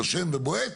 נושם ובועט.